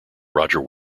roger